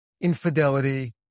infidelity